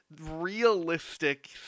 Realistic